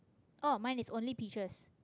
oh mine is only peaches